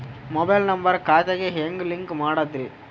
Mobile number ಖಾತೆ ಗೆ ಹೆಂಗ್ ಲಿಂಕ್ ಮಾಡದ್ರಿ?